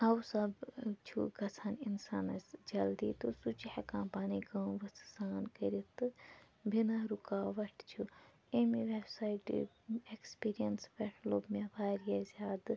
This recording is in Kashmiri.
اَوٕ سب چھِ گژھان اِنسانَس جلدی تہٕ سُہ چھُ ہیٚکان پَنٕنۍ کٲم ؤژھہٕ سان کٔرِتھ تہٕ بِنا رُکاوَٹ چھُ اَمہِ ویٚب سایٹہِ ہنٛدۍ ایٚکٕسپیٖریَنٕس پٮ۪ٹھ لوٚب مےٚ واریاہ زیادٕ